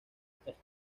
space